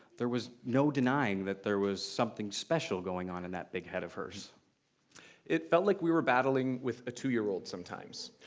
there was no denying that there was something special going on in that big head of hers. sj it felt like we were battling with a two-year-old sometimes,